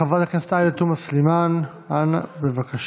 חברת הכנסת עאידה תומא סלימאן, בבקשה.